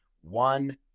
one